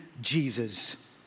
Jesus